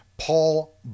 Paul